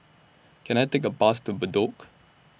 Can I Take A Bus to Bedok